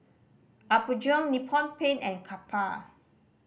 Apgujeong Nippon Paint and Kappa